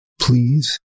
please